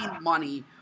money